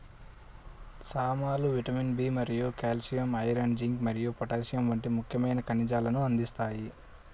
సామలు vitamin B మరియు calcium, iron, zinc మరియు పొటాషియం వంటి ముఖ్యమైన ఖనిజాలను అందిస్తాయి